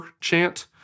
chant